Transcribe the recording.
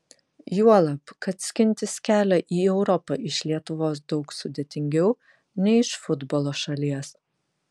juolab kad skintis kelią į europą iš lietuvos daug sudėtingiau nei iš futbolo šalies